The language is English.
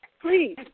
Please